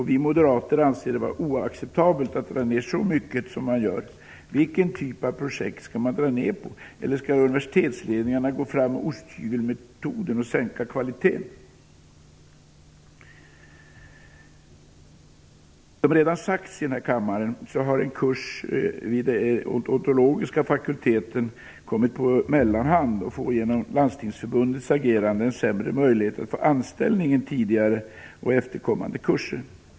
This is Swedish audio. Vi moderater anser det vara oacceptabelt att dra ner så mycket som man gör. Vilken typ av projekt skall man dra ner på? Eller skall universitetsledningarna gå fram med osthyvelsmetoden och sänka kvaliteten? Som redan sagts i denna kammare har en kurs vid odontologiska fakulteten kommit på mellanhand. Gruppen får genom Landstingsförbundets agerande sämre möjligheter till anställning än tidigare och efterkommande kurser.